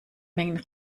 mengen